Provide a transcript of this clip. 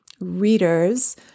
readers